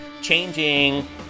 changing